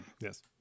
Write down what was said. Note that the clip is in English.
Yes